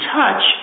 touch